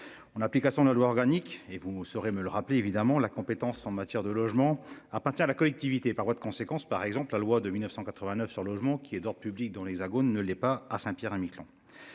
On application de la loi organique et vous saurez me le rappeler évidemment la compétence en matière de logement appartient à la collectivité, par voie de conséquence par exemple la loi de 1989 sur logement qui est dort public dont les ne l'est pas, à Saint-Pierre-et-Miquelon.